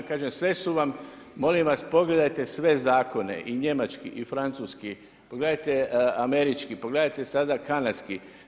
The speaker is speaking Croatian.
Kažem sve su vam, molim vas pogledajte sve zakone i njemački i francuski, pogledajte američki, pogledajte sada kanadski.